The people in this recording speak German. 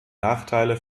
nachteile